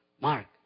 Mark